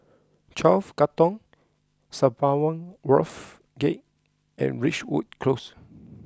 Twelve Katong Sembawang Wharves Gate and Ridgewood Close